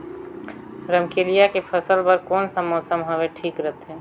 रमकेलिया के फसल बार कोन सा मौसम हवे ठीक रथे?